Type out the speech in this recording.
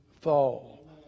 fall